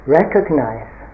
recognize